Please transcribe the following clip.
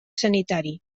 sanitari